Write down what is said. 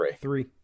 three